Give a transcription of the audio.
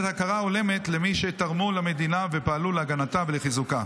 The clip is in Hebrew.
הכרה הולמת למי שתרמו למדינה ופעלו להגנתה ולחיזוקה.